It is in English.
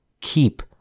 Keep